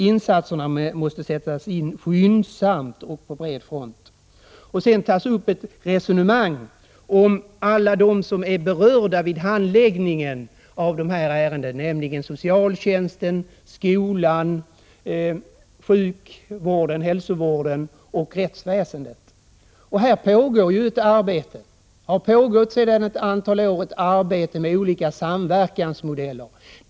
Insatserna måste sättas in skyndsamt och på en bred front.” Sedan tas det upp ett resonemang om alla dem som är berörda vid handläggningen av dessa ärenden, nämligen socialtjänsten, skolan, hälsooch sjukvården och rättsväsendet. Under ett antal år har det pågått ett arbete med olika samverkansmodeller.